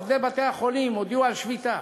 עובדי בתי-החולים הודיעו על שביתה.